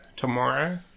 tomorrow